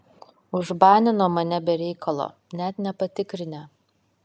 užbanino mane be reikalo net nepatikrinę